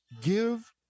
give